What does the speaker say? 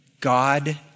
God